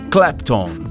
Clapton